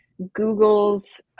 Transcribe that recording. Googles